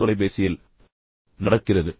இது தொலைபேசியில் நடக்கிறது